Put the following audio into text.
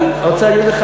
אני רוצה להגיד לך